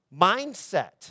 mindset